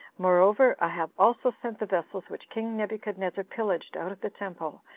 moreover, i have also sent the vessels which king nebuchadnezzar pillaged out of the temple,